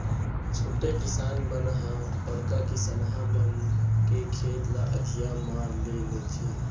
छोटे किसान मन ह बड़का किसनहा मन के खेत ल अधिया म ले लेथें